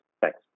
Thanks